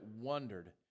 wondered